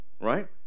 right